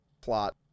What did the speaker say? plot